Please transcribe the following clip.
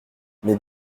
mais